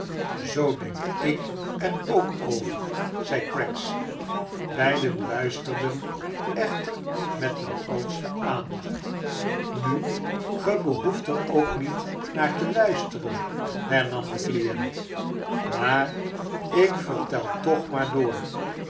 zoo denk ik er ook over zei oraggs beiden luisterden echter met de grootete aandacht nu ge behoeft er ook niet naar te luisteren hemam de client maar ik vertel toch maar door